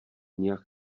nijak